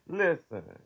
listen